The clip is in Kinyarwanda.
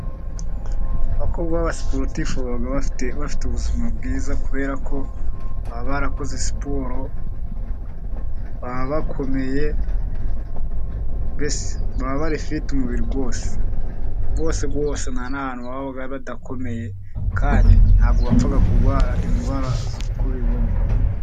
Abakobwa b'abasiporutifu baba bafite ubuzima bwiza, kubera ko baba barakoze siporo. Baba bakomeye, mbese baba bari fiti umubiri wose wose wose, nta n'ahantu baba badakomeye, kandi ntabwo bapfa kurwara indwara uko biboneye.